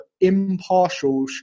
impartial –